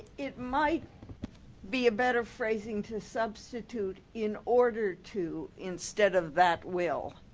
it might be a better phrasing to substitute, in order to, instead of that will.